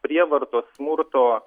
prievartos smurto